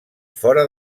fora